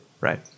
Right